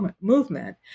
movement